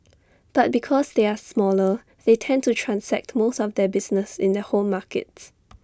but because they are smaller they tend to transact most of their business in their home markets